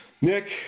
Nick